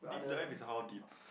deep dive is how deep